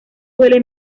suele